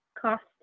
cost